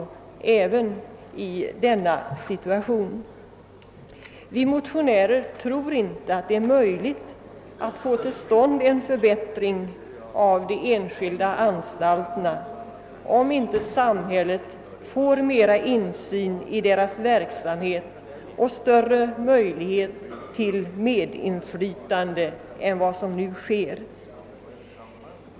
Vi motionärer tror inte att man kan få till stånd en förbättring av de enskilda anstalterna, om inte samhället erhåller mera insyn i deras verksamhet och större möjlighet till medinflytande än som nu sker.